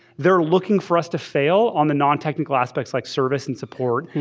they're looking for us to fail on the non-technical aspects like service and support,